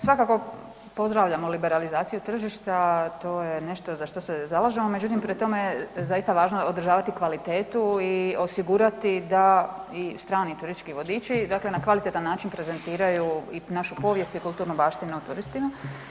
Svakako pozdravljamo liberalizaciju tržišta, to je nešto za što se zalažemo, međutim pri tome je zaista važno održavati kvalitetu i osigurati da i strani turistički vodiči na kvalitetan način prezentiraju i našu povijest i kulturnu baštinu turistima.